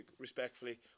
respectfully